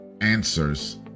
answers